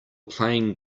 playing